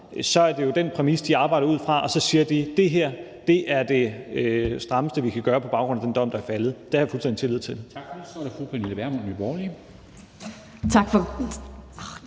så er det jo den præmis, de arbejder ud fra, og så siger de: Det her er det strammeste, vi kan gøre på baggrund af den dom, der er faldet. Det har jeg fuldstændig tillid til.